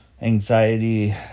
anxiety